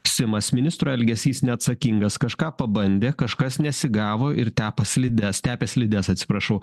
simas ministro elgesys neatsakingas kažką pabandė kažkas nesigavo ir tepa slides tepė slides atsiprašau